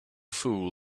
fool